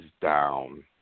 down